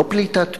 לא פליטת פה.